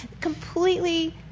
Completely